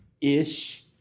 Ish